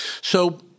So-